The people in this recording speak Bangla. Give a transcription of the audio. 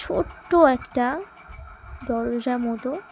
ছোট্টো একটা দরজা মতো